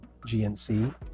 GNC